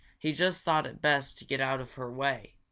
he just thought it best to get out of her way,